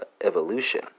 evolution